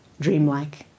dreamlike